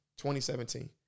2017